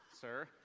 sir